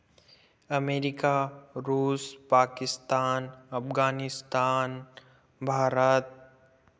America रूस पाकिस्तान अफ़गानिस्तान भारत